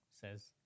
says